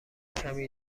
کمی